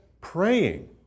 praying